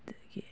ꯑꯗꯒꯤ